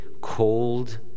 cold